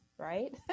right